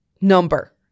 number